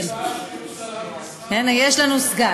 יש לנו סגן.